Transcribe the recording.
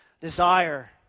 desire